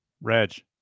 reg